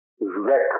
Wreck